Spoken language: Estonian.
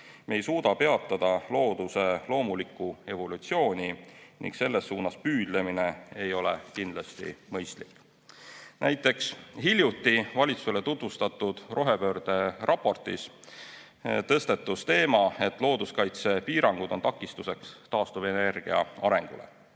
Me ei suuda peatada looduse loomulikku evolutsiooni ning selles suunas püüdlemine ei ole kindlasti mõistlik. Näiteks hiljuti valitsusele tutvustatud rohepöörde raportis tõstatus teema, et looduskaitsepiirangud on takistuseks taastuvenergia arengule,